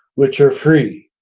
which are free.